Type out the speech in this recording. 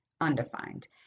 undefined